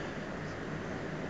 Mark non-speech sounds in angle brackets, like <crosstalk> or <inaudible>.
<breath>